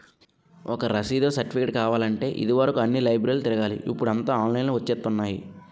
ఒక రసీదో, సెర్టిఫికేటో కావాలంటే ఇది వరుకు అన్ని లైబ్రరీలు తిరగాలి ఇప్పుడూ అంతా ఆన్లైన్ లోనే వచ్చేత్తున్నాయి